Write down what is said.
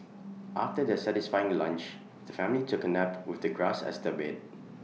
after their satisfying lunch the family took A nap with the grass as their bed